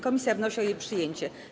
Komisja wnosi o jej przyjęcie.